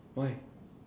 why